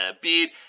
beard